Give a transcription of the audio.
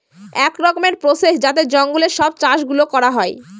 এক রকমের প্রসেস যাতে জঙ্গলে সব চাষ গুলো করা হয়